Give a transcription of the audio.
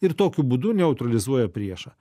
ir tokiu būdu neutralizuoja priešą